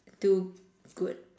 do good